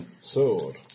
Sword